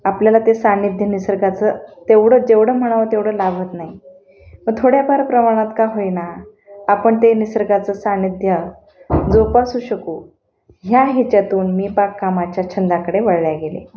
आपल्याला ते सानिध्य निसर्गाचं तेवढं जेवढं म्हणाव तेवढं लाभत नाही पण थोड्याफार प्रमाणात का होईना आपण ते निसर्गाचं सानिध्य जोपासू शकू ह्या ह्याच्यातून मी बागकामाच्या छंदाकडे वळले गेले